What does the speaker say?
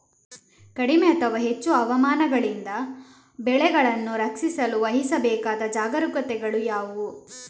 ಕಡಿಮೆ ಅಥವಾ ಹೆಚ್ಚು ಹವಾಮಾನಗಳಿಂದ ಬೆಳೆಗಳನ್ನು ರಕ್ಷಿಸಲು ವಹಿಸಬೇಕಾದ ಜಾಗರೂಕತೆಗಳು ಯಾವುವು?